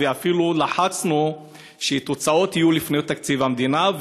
ואפילו לחצנו שהתוצאות יהיו לפני תקציב המדינה,